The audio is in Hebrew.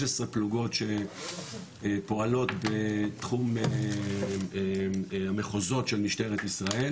יש לנו 16 פלוגות שפועלות בתחום המחוזות של משטרת ישראל